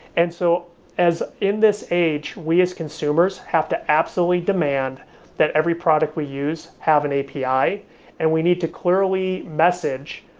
and so as in this age, we as consumers, have to absolutely demand that every product we use have an api, and we need to clearly message,